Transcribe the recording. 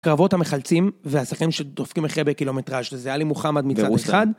הקרבות המחלצים והשחקנים שדופקים הכי הרבה קילומטראז' וזה היה למוחמד מצד אחד